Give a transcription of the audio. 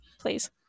Please